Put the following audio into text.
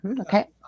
okay